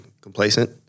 complacent